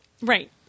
Right